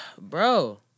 Bro